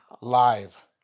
live